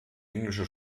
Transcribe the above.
englische